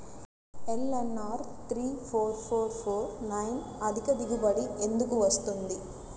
LNR three four four four nine అధిక దిగుబడి ఎందుకు వస్తుంది?